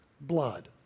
blood